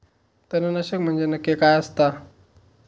तणनाशक म्हंजे नक्की काय असता?